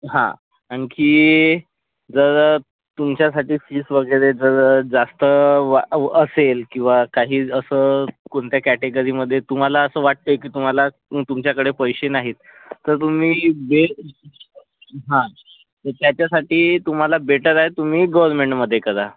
हां आणखी जर तुमच्यासाटी फीस वगैरे जर जास्त वा असेल किंवा काही असं कोणत्या कॅटेगरीमध्ये तुम्हाला असं वाटते की तुम्हाला तुमच्याकडे पैसे नाहीत तर तुमी बे हा त्याच्यासाटी तुम्हाला बेटर आहे तुम्ही गव्हर्मेंटमध्ये करा